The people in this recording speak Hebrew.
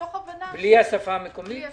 בלי השפה המקומית.